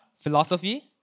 philosophy